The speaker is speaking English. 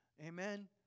Amen